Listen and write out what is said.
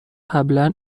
قبلا